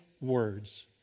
words